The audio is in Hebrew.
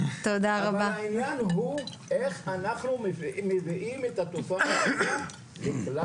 אבל העניין הוא איך אנחנו מביאים את התופעה הזאת לכלל